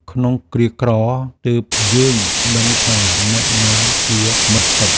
ក្នុងគ្រាក្រ ទើបយើងដឹងថាអ្នកណាជាមិត្តពិត។